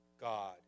God